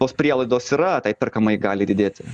tos prielaidos yra tai perkamajai galiai didėti